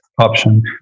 option